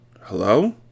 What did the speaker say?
Hello